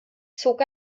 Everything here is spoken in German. zog